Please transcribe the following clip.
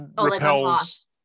repels